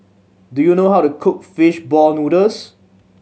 do you know how to cook fish ball noodles